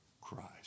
Christ